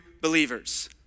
believers